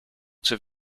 zur